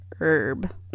herb